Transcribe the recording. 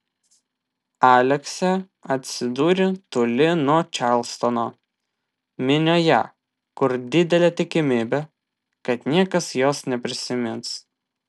aleksė atsidūrė toli nuo čarlstono minioje kur didelė tikimybė kad niekas jos neprisimins